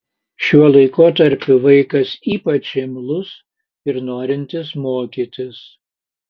šiuo laikotarpiu vaikas ypač imlus ir norintis mokytis